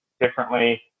differently